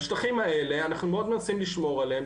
על השטחים האלה אנחנו מאוד מנסים לשמור עליהם,